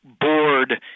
board